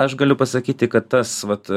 aš galiu pasakyti kad tas vat